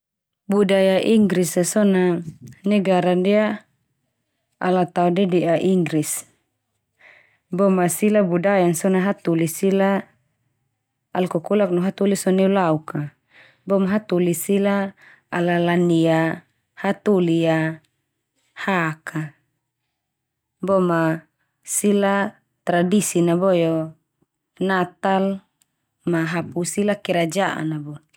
Budaya Inggris a so na negara ndia ala tao dede'a Inggris. boma sila budayan so na hatoli sila al kokolak no hatoli so na nulauk ka. Boma hatoli sila ala lanea hatoi a hak a, boma sila tradisin na boe o, na Natal, ma hapu sila kerajaan na bo.